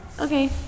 okay